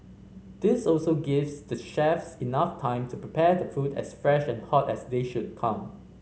this also gives the chefs enough time to prepare the food as fresh and hot as they should come